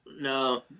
No